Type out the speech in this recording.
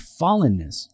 fallenness